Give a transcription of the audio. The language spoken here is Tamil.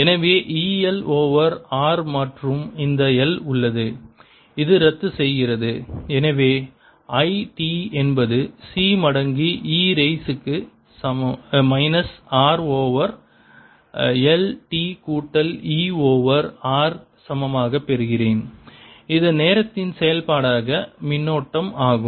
எனவே EL ஓவர் R மற்றும் இந்த L உள்ளது இது ரத்துசெய்கிறது எனவே I t என்பது C மடங்கு e ரைஸ் க்கு minus R over L t கூட்டல் E ஓவர் R சமமாகப் பெறுகிறேன் இது நேரத்தின் செயல்பாடாக மின்னோட்டம் ஆகும்